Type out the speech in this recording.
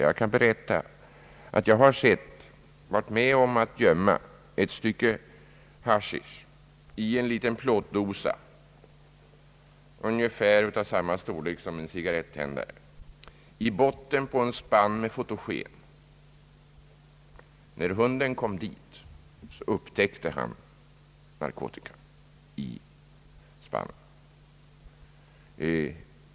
Jag har varit med om att gömma ett stycke haschisch i en liten plåtdosa av ungefär samma storlek som en cigarrettändare i botten på en spann med fotogen. När hunden kom dit fann han narkotikan i spannen.